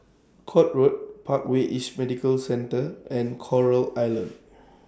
Court Road Parkway East Medical Center and Coral Island